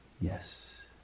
yes